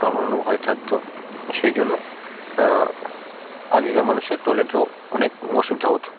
কামড়ানোর ভয় থাকতো সেই জন্য আগেকার মানুষের টয়লেটের অনেক অসুবিধা হতো